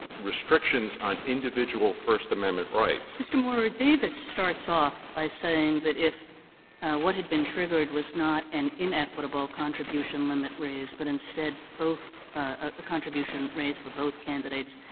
restrictions on individual first amendment rights. kagan mr. maurer, davis starts off by saying that if what had been triggered was not an inequitable contribution limit raised but instead both a contribution raised for both candidates,